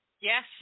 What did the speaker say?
Yes